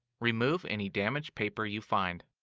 remove any damaged paper you find.